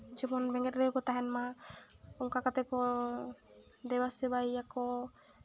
ᱡᱮᱢᱚᱱ ᱵᱮᱸᱜᱮᱫ ᱨᱮᱜᱮ ᱠᱚ ᱛᱟᱦᱮᱱ ᱢᱟ ᱚᱱᱠᱟ ᱠᱟᱛᱮᱫ ᱠᱚ ᱫᱮᱵᱟᱼᱥᱮᱵᱟᱭᱮᱭᱟᱠᱚ